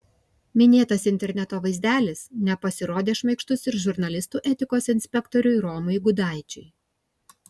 minėtas interneto vaizdelis nepasirodė šmaikštus ir žurnalistų etikos inspektoriui romui gudaičiui